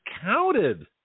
counted